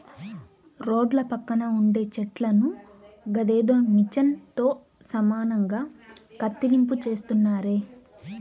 రోడ్ల పక్కన ఉండే చెట్లను గదేదో మిచన్ తో సమానంగా కత్తిరింపు చేస్తున్నారే